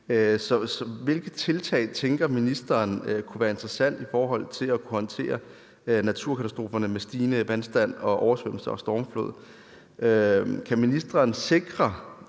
hvilke tiltag tænker ministeren kunne være interessante i forhold til at kunne håndtere naturkatastroferne med stigende vandstand, oversvømmelser og stormflod? Kan ministeren sikre,